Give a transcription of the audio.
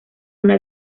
una